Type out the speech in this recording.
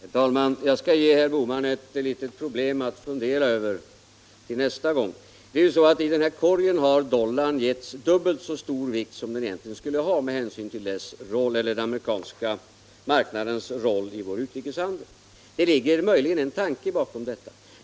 Herr talman! Jag skall ge herr Bohman ett litet problem att fundera över. I den här korgen har dollarn givits dubbelt så stor betydelse som den egentligen skulle ha med hänsyn till den amerikanska marknadens del i vår utrikeshandel. Det ligger möjligen en tanke bakom detta.